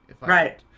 Right